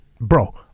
bro